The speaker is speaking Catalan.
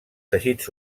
teixits